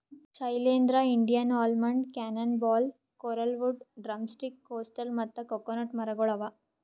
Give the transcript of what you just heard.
Shailendra, Indian almond, cannon ball, coralwood, drumstick, coastal ಮತ್ತ coconut ಮರಗೊಳ್ ಅವಾ